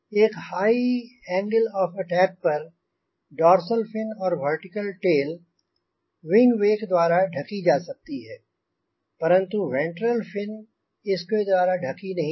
एक high angle of attack पर dorsal fin और वर्टिकल टेल विंग वेक द्वारा ढकी जा सकती है परंतु वेंट्रल फिन इसके द्वारा ढकी नहीं जाती